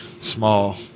small